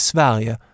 Sverige